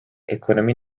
ekonomi